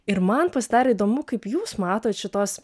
ir man pasidarė įdomu kaip jūs matot šitos